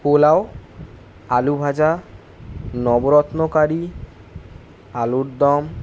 পোলাও আলু ভাজা নবরত্ন কারি আলুরদম